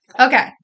Okay